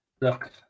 Look